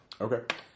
Okay